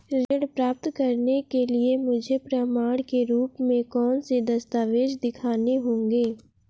ऋण प्राप्त करने के लिए मुझे प्रमाण के रूप में कौन से दस्तावेज़ दिखाने होंगे?